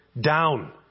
down